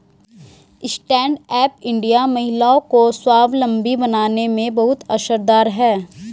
stand up India महिलाओं को स्वावलम्बी बनाने में बहुत असरदार है